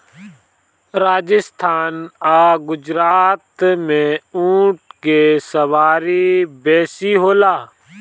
राजस्थान आ गुजरात में ऊँट के सवारी बेसी होला